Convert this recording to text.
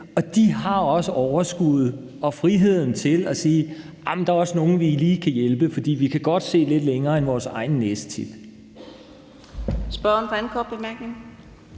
og de har også overskuddet og friheden til at sige, at der også er nogle, de lige kan hjælpe, for de kan godt se lidt længere end til deres egen næsetip.